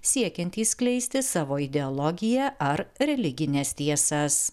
siekiantys skleisti savo ideologiją ar religines tiesas